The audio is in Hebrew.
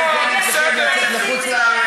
אלא אם כן הם צריכים לצאת לחוץ-לארץ,